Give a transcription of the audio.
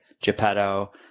Geppetto